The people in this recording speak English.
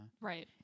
Right